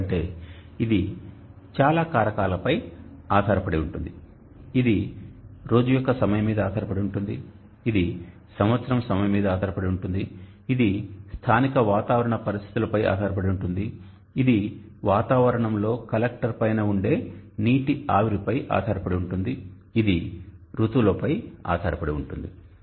ఎందుకంటే ఇది చాలా కారకాలపై ఆధారపడి ఉంటుంది ఇది రోజు లోని సమయం మీద ఆధారపడి ఉంటుంది ఇది సంవత్సరం లోని సమయం మీద ఆధారపడి ఉంటుంది ఇది స్థానిక వాతావరణ పరిస్థితులపై ఆధారపడి ఉంటుంది ఇది వాతావరణంలో కలెక్టర్ పైన ఉండే నీటి ఆవిరి పై ఆధారపడి ఉంటుంది ఇది ఋతువులపై ఆధారపడి ఉంటుంది